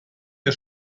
der